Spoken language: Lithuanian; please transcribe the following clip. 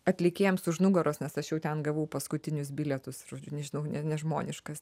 atlikėjams už nugaros nes aš jau ten gavau paskutinius bilietus ir žodžiu nežinau ne nežmoniškas ten